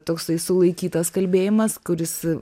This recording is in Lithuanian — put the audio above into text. toksai sulaikytas kalbėjimas kuris